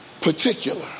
particular